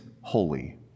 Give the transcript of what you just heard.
holy